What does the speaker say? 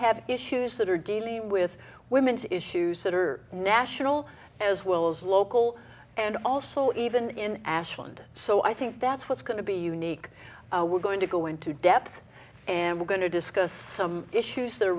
have issues that are dealing with women's issues that are national as well as local and also even in ashland so i think that's what's going to be unique we're going to go into depth and we're going to discuss some issues that are